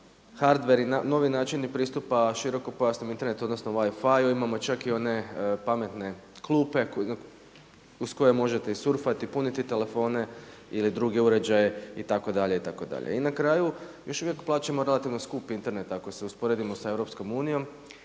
hardwarei, novi načini pristupa širokopojasnom internetu, odnosno WiFiu. Imamo čak i one pametne klupe uz koje možete i surfati, puniti telefone ili druge uređaje itd. itd. I na kraju još uvijek plaćamo relativno skupi Internet ako se usporedimo sa Europskom unijom